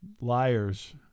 liars